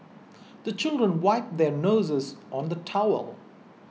the children wipe their noses on the towel